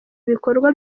bikorwa